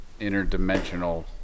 interdimensional